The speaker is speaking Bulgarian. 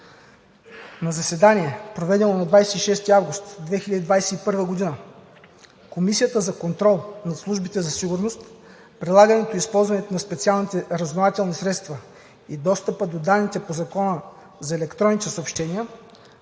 На заседание, проведено на 26 август 2021 г., Комисията за контрол над службите за сигурност, прилагането и използването на специалните разузнавателни средства и достъпа до данните по Закона за електронните съобщения